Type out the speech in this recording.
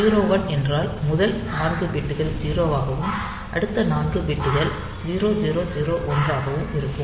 01 H என்றால் முதல் 4 பிட்கள் 0 ஆக இருக்கும் அடுத்த 4 பிட்கள் 0 0 0 1 ஆகவும் இருக்கும்